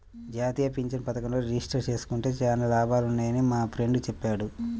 జాతీయ పెన్షన్ పథకంలో రిజిస్టర్ జేసుకుంటే చానా లాభాలున్నయ్యని మా ఫ్రెండు చెప్పాడు